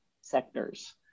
sectors